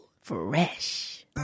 fresh